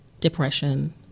depression